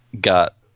got